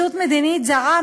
ישות מדינית זרה,